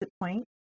point